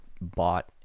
bought